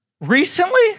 Recently